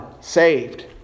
saved